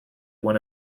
one